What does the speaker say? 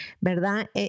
¿verdad